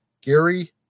Gary